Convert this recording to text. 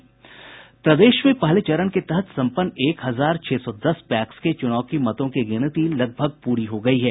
प्रदेश में पहले चरण के तहत संपन्न एक हजार छह सौ दस पैक्स के चुनाव की मतों की गिनती लगभग प्ररी हो गयी है